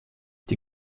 die